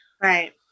Right